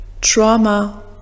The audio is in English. trauma